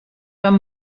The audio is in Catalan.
van